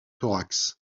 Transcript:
thorax